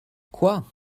quoi